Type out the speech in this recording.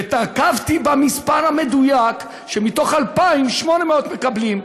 ונקבתי במספר המדויק, שמתוך 2,000, 800 מקבלים,